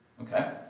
Okay